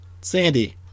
Sandy